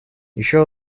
еще